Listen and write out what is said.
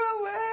Away